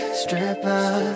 stripper